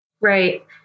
Right